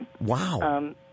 Wow